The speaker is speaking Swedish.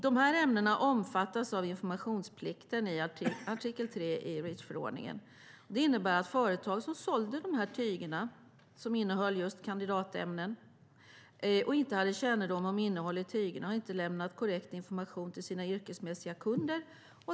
De ämnena omfattas av informationsplikten i artikel 3 i Reachförordningen. Kemikalieinspektionen lämnade in en anmälan om miljöbrott till åklagare mot de företag som sålde tyger innehållande kandidatämnen men inte hade kännedom om innehållet i tygerna och inte hade lämnat korrekt information till sina yrkesmässiga kunder.